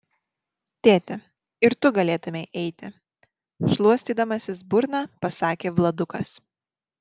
tėti ir tu galėtumei eiti šluostydamasis burną pasakė vladukas